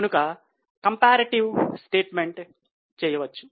కనుక మనము తులనాత్మక పట్టిక చేయవచ్చు